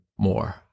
More